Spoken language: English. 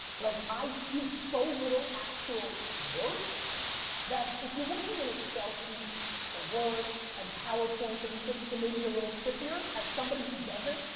like i do so little actual work that if you're working in excel sheets and word and powerpoint and these things it may be a little trickier. as somebody who doesn't,